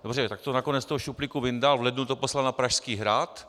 Dobře, tak to nakonec ze šuplíku vyndal a v lednu to poslal na Pražský hrad.